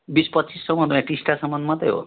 बिस पच्चिस सौमा यहाँ टिस्टासम्म मात्रै हो